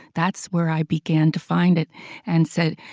that's where i began to find it and said,